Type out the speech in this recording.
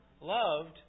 Loved